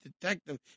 detective